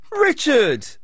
Richard